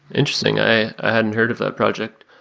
interesting. i hadn't heard of that project.